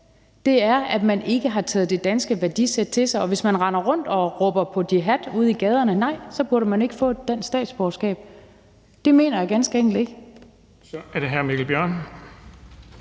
Det er, at man ikke har taget det danske værdisæt til sig. Og hvis man render rundt og råber på jihad ude i gaderne, nej, så burde man ikke få et dansk statsborgerskab. Det mener jeg ganske enkelt ikke.